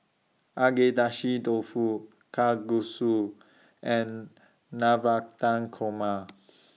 Agedashi Dofu Kalguksu and Navratan Korma